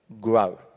grow